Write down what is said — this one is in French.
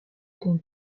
dent